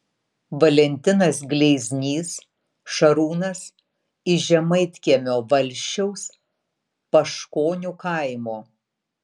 valentinas gleiznys šarūnas iš žemaitkiemio valsčiaus paškonių kaimo